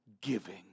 giving